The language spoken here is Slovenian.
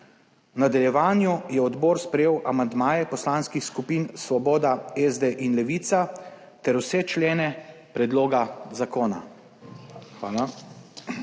nadaljevanju je odbor sprejel amandmaje poslanskih skupin Svoboda, SD in Levica ter vse člene predloga zakona.